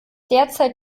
derzeit